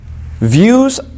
views